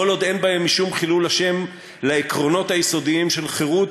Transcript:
כל עוד אין בהם משום חילול השם לעקרונות יסודיים של חירות,